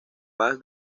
paz